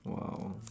!wow!